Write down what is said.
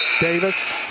Davis